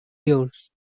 years